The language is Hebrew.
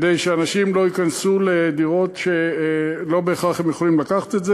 כדי שאנשים לא ייכנסו לדירות שלא בהכרח הם יכולים לקחת.